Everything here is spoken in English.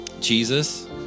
Jesus